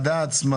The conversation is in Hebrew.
המשפטי.